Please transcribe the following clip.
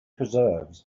preserves